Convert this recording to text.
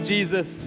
Jesus